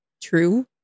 True